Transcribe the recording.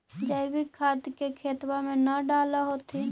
जैवीक खाद के खेतबा मे न डाल होथिं?